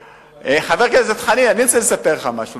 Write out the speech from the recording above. חבר הכנסת חנין, אני רוצה לספר לך משהו.